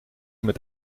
met